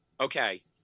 Okay